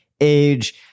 age